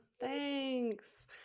Thanks